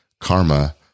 karma